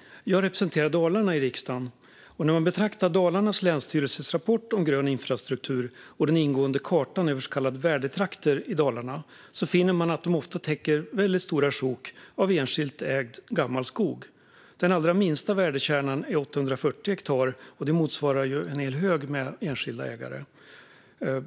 Fru talman! Jag representerar Dalarna i riksdagen. När man betraktar Dalarnas länsstyrelses rapport om grön infrastruktur och den ingående kartan över så kallade värdetrakter i Dalarna finner man att de ofta täcker väldigt stora sjok av enskilt ägd gammal skog. Den allra minsta värdekärnan är 840 hektar, och det motsvarar en hel hög enskilda ägare.